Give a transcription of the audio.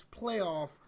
playoff